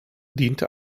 diente